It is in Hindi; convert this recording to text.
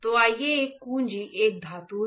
तो आइए यह कुंजी एक धातु है